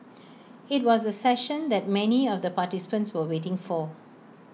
IT was the session that many of the participants were waiting for